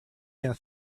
gonna